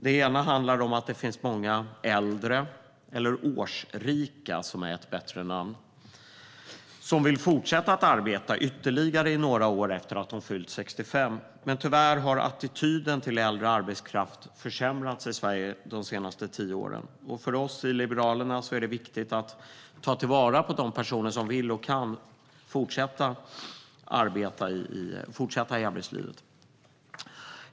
Den ena utmaningen handlar om att det finns många äldre - eller årsrika, som är ett bättre namn - som vill fortsätta att arbeta i ytterligare några år efter att ha fyllt 65. Men tyvärr har attityden till äldre arbetskraft försämrats i Sverige de senaste tio åren. För oss i Liberalerna är det viktigt att ta till vara de personer som vill och kan fortsätta arbeta i arbetslivet.